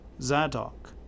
Zadok